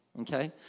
okay